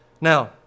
Now